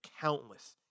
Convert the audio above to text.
countless